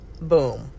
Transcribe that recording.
Boom